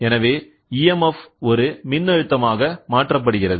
எனவேEMF ஒரு மின்னழுத்தம் ஆக மாற்றப்படுகிறது